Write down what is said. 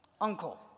uncle